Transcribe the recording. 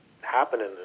happening